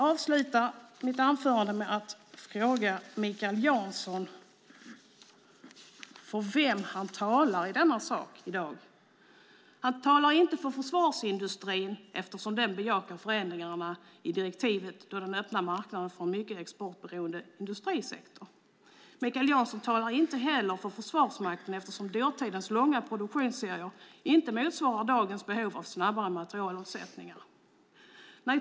Avslutningsvis vill jag fråga Mikael Jansson för vem han talar i denna sak. Han talar inte för försvarsindustrin som ju bejakar förändringarna i direktivet eftersom det öppnar marknaden för en mycket exportberoende industrisektor. Mikael Jansson talar inte heller för Försvarsmakten eftersom dåtidens långa produktionsserier inte motsvarar dagens behov av snabbare materielomsättning.